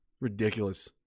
ridiculous